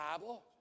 Bible